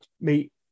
meet